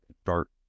start